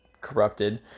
corrupted